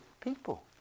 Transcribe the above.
people